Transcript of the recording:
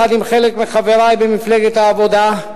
יחד עם חלק מחברי במפלגת העבודה,